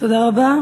תודה רבה.